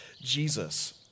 Jesus